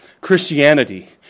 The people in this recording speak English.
Christianity